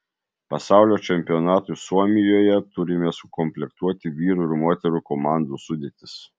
pasaulio čempionatui suomijoje turime sukomplektuoti vyrų ir moterų komandų sudėtis